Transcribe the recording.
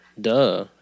Duh